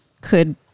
could-